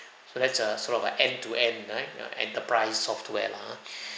so that's a sort of a end-to-end right a enterprise software lah !huh!